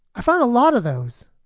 i found a lot of those,